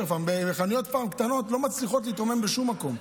חנויות פארם קטנות לא מצליחות להתרומם בשום מקום.